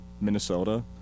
Minnesota